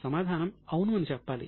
సమాధానం అవును అని చెప్పాలి